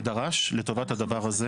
דרש לטובת הדבר הזה.